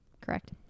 Correct